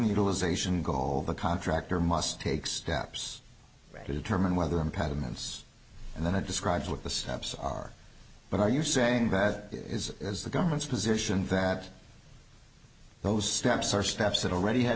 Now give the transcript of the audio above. utilization goal of a contractor must take steps to determine whether impediments and then i've described what the steps are but are you saying that it is as the government's position that those steps are steps that already ha